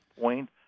point